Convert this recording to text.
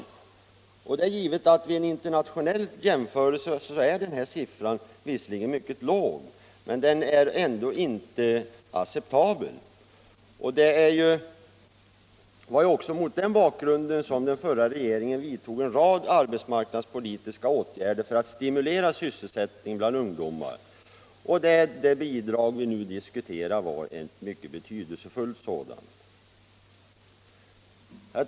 Visserligen ter sig den siffran vid en internationell jämförelse mycket låg, men den är ändå inte acceptabel. Det var också mot den bakgrunden som den förra regeringen vidtog en rad arbetsmarknadspolitiska åtgärder för att stinulera sysselsättningen för ungdomar, av vilka åtgärder det bidrag som vi nu diskuterar var mycket betydelsefullt. Herr talman!